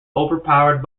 overpowered